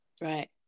right